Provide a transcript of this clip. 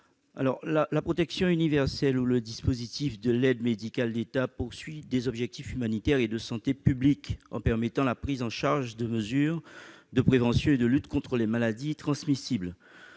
Comme la protection universelle, l'aide médicale de l'État répond à des objectifs humanitaires et de santé publique, en permettant la prise en charge de mesures de prévention et de lutte contre les maladies transmissibles.